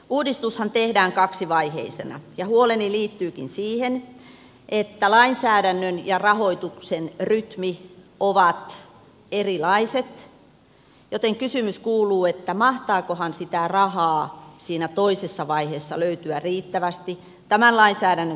uudistushan tehdään kaksivaiheisena ja huoleni liittyykin siihen että lainsäädännön ja rahoituksen rytmi ovat erilaiset joten kysymys kuuluu että mahtaakohan sitä rahaa siinä toisessa vaiheessa löytyä riittävästi tämän lainsäädännön toteuttamiseen